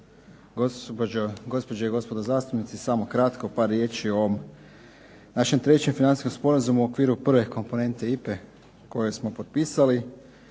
gospođe i gospodo zastupnici. Samo kratko, par riječi o ovom našem trećem financijskom sporazumu u okviru prve komponente IPA-e koje smo potpisali.